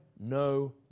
no